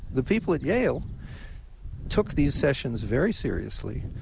the people at yale took these sessions very seriously,